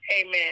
Amen